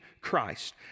Christ